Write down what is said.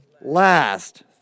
last